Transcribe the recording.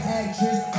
actress